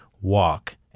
walk